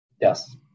Yes